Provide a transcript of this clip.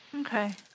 Okay